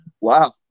wow